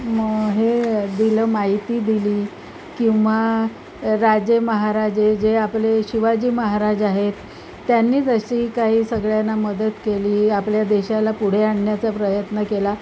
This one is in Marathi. म हे दिलं माती दिली किंवा राजे महाराजे जे आपले शिवाजी महाराज आहेत त्यांनीच अशी काही सगळ्यांना मदत केली आपल्या देशाला पुढे आणण्याचा प्रयत्न केला